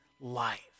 life